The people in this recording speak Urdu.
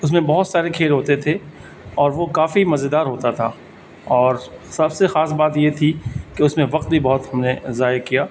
اس میں بہت سارے کھیل ہوتے تھے اور وہ کافی مزیدار ہوتا تھا اور سب سے خاص بات یہ تھی کہ اس میں وقت بھی بہت ہم نے ضائع کیا